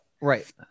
Right